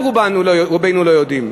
רובנו לא יודעים,